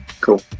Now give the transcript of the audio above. Cool